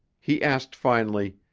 he asked finally,